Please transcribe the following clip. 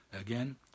Again